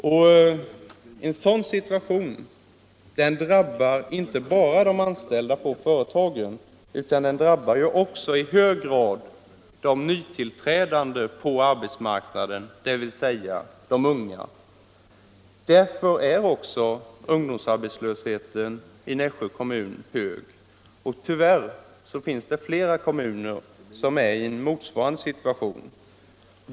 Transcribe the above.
Detta drabbar inte bara de anställda i företagen, utan det drabbar också i hög grad de nytillträdande på arbetsmarknaden, dvs. de unga. Därför är också ungdomsarbetslösheten i Nässjö kommun hög. Tyvärr finns det flera kommuner som är i motsvarande situation.